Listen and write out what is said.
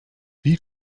wie